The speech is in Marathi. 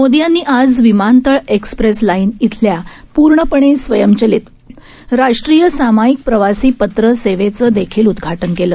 मोदीयांनीआजविमानतळएक्स्प्रेसलाईनइथल्यापूर्णपणेस्वयंचलितराष्ट्रीयसामायिकप्रवासीपत्रसेवेचंदेखील उदघाटनकेलं